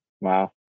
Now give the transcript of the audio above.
Wow